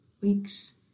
weeks